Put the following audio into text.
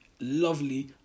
lovely